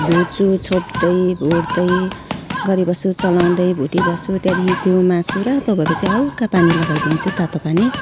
भुट्छु छोप्दै भुट्दै गरिबस्छु चलाउँदै भुटिबस्छु त्यहाँदेखि त्यो मासु रातो भएपछि हल्का पानी लगाइदिन्छु तातो पानी